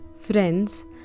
Friends